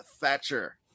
thatcher